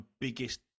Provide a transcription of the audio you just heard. biggest